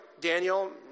Daniel